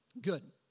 good